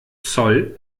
zoll